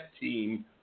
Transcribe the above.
team